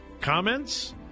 Comments